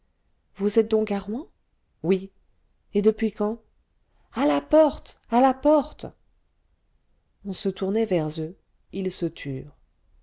vous êtes donc à rouen oui et depuis quand à la porte à la porte on se tournait vers eux ils se turent